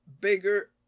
bigger